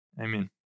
Amen